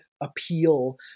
appeal